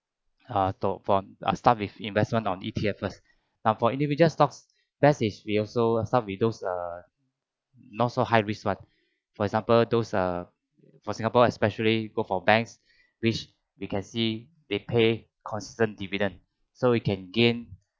uh to from uh start with investment on E_T_F first now for individual stocks basis we also start with those err not so high risk [one] for example those uh for singapore especially you go for banks which we can see they pay consistent dividend so it can gain